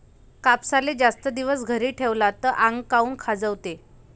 कापसाले जास्त दिवस घरी ठेवला त आंग काऊन खाजवते?